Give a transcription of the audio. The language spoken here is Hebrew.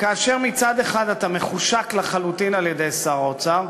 כאשר מצד אחד אתה מחושק לחלוטין על-ידי שר האוצר,